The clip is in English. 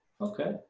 Okay